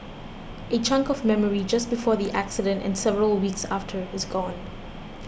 a chunk of memory just before the accident and several weeks after is gone